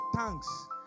thanks